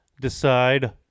decide